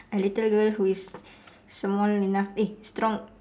a little girl who is small enough eh strong